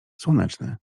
słoneczny